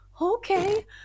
Okay